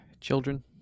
Children